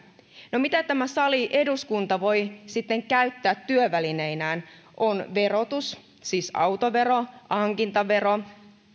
no mitä tämä sali eduskunta voi sitten käyttää työvälineinään on verotus siis autovero hankintavero ja